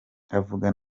avuga